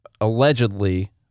Allegedly